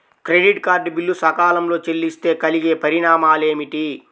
Credit card bill సకాలంలో చెల్లిస్తే కలిగే పరిణామాలేమిటి?